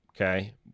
Okay